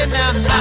now